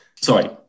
sorry